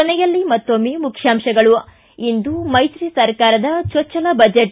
ಕೊನೆಯಲ್ಲಿ ಮತ್ತೊಮ್ಮೆ ಮುಖ್ಯಾಂಶಗಳು ಇಂದು ಮೈತ್ರಿ ಸರ್ಕಾರದ ಚೊಚ್ಚಲ ಬಜೆಟ್